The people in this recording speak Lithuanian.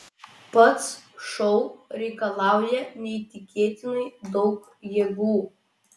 pats šou reikalauja neįtikėtinai daug jėgų